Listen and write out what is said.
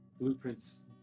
Blueprints